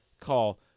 call